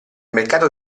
mercato